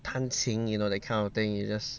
弹琴 you know that kind of thing you just